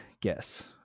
guess